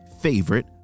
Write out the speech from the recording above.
favorite